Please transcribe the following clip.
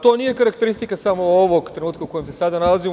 To nije karakteristika samo ovog trenutka u kojem se sada nalazimo.